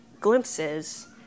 glimpses